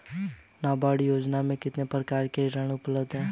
नाबार्ड योजना में कितने प्रकार के ऋण उपलब्ध हैं?